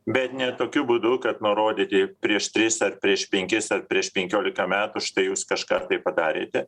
bet ne tokiu būdu kad nurodyti prieš tris ar prieš penkis ar prieš penkiolika metų štai jūs kažką padarėte